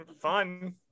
Fun